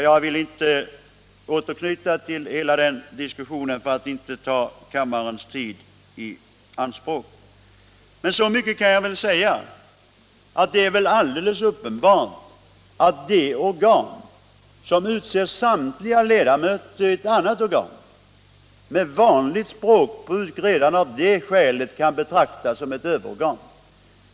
Jag vill inte nu anknyta till hela den diskussionen för att inte ta kammarens tid i anspråk alltför länge. Men jag kan väl säga att det är alldeles uppenbart att det organ som utser samtliga ledamöter i ett annat organ redan av det skälet med vanligt språkbruk kan betraktas som ett överorgan.